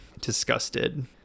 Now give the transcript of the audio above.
disgusted